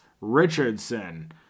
Richardson